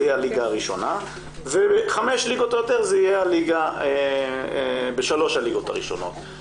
יהיה הליגה הראשונה וחמש ליגות או יותר זה יהיה בשלוש הליגות הראשונות.